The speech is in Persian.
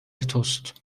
توست